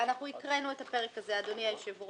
אנחנו הקראנו את הפרק הזה, אדוני היושב-ראש.